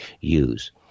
use